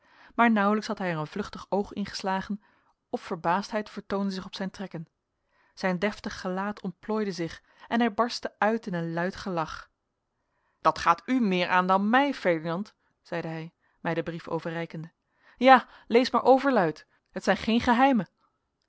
maar nauwelijks had hij er een vluchtig oog in geslagen of verbaasdheid vertoonde zich op zijn trekken zijn deftig gelaat ontplooide zich en hij barstte uit in een luid gelach dat gaat u meer aan dan mij ferdinand zeide hij mij den brief overreikende ja lees maar overluid het zijn geen geheimen